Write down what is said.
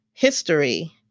history